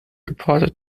reported